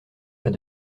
pas